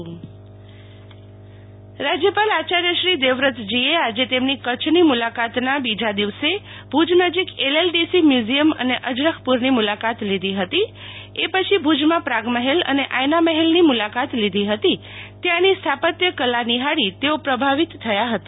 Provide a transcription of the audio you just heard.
શીતલ વૈશ્નવ જ્યપાલ મુલાકાત રાજ્યપાલ આયાર્ય શ્રી દેવવ્રતજીએ આજે તેમની કરછની મુલાકાતનાં બીજા દિવસે ભુજ નજીક એલએલડીસી મ્યુઝિયમ અને અજરખપુરની મુલાકત લીધી હતી એ પછી ભુજમાં પ્રાગમહેલ અને આયનામહેલની મુલાકાત લીધી હતી ત્યાંની સ્થાપત્ય કલા નિહાળી તેઓ પ્રભાવિત થયા હતા